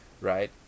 right